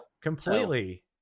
completely